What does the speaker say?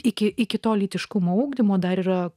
iki iki tol lytiškumo ugdymo dar yra